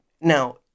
now